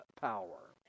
power